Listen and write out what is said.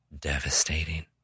devastating